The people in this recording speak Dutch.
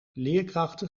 leerkrachten